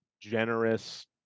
generous